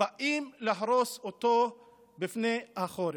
ובאים להרוס אותו לפני החורף.